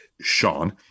Sean